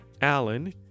Alan